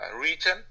region